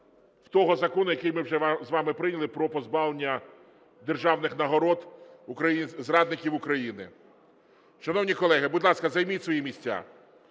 в того закону, який ми вже з вами прийняли, про позбавлення державних нагород зрадників України. Шановні колеги, будь ласка, займіть свої місця.